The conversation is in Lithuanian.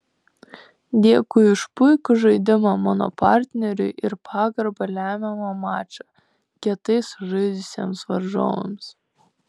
dėkui už puikų žaidimą mano partneriui ir pagarba lemiamą mačą kietai sužaidusiems varžovams